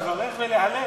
לברך ולהלל.